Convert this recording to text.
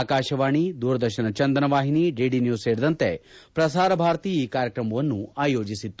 ಆಕಾಶವಾಣಿ ದೂರದರ್ಶನ ಚಂದನವಾಹಿನಿ ಡಿಡಿನ್ಯೂಸ್ ಸೇರಿದಂತೆ ಪ್ರಸಾರ ಭಾರತಿ ಈ ಕಾರ್ಯಕ್ರಮವನ್ನು ಆಯೋಜಿಸಿತ್ತು